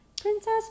Princess